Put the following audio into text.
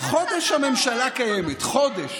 חודש הממשלה קיימת, חודש